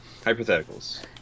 Hypotheticals